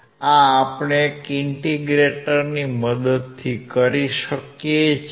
આ આપણે એક ઇન્ટીગ્રેટરની મદદથી કરી શકીએ છીએ